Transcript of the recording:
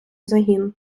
загін